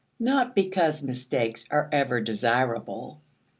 not because mistakes are ever desirable,